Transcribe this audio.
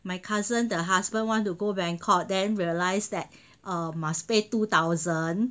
my cousin the husband want to go bangkok then realise that err must pay two thousand